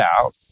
out